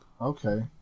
okay